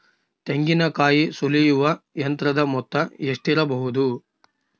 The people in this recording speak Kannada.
ತೆಂಗಿನಕಾಯಿ ಸುಲಿಯುವ ಯಂತ್ರದ ಮೊತ್ತ ಎಷ್ಟಿರಬಹುದು?